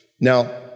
Now